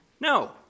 No